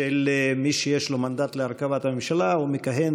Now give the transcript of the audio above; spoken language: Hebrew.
של מי שיש לו מנדט להרכבת הממשלה מכהן